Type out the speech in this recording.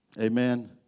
Amen